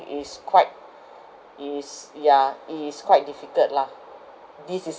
it's quite it's yeah it's quite difficult lah this is